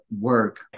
work